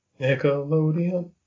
Nickelodeon